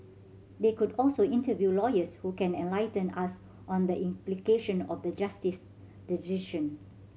they could also interview lawyers who can enlighten us on the implication of the Justice's decision